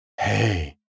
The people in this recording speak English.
hey